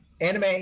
anime